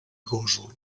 gósol